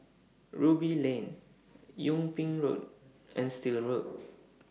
Ruby Lane Yung Ping Road and Still Road